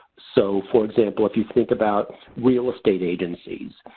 so for example, if you think about real estate agencies.